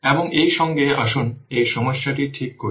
এবং এই সঙ্গে আসুন এই সমস্যাটি ঠিক করি